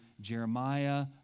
Jeremiah